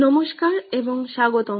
নমস্কার এবং স্বাগতম